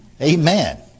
Amen